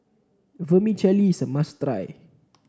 vermicelli is a must try